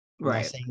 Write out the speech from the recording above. Right